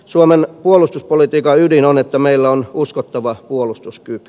suomen puolustuspolitiikan ydin on että meillä on uskottava puolustuskyky